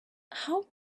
how